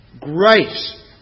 Grace